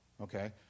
Okay